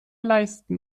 leisten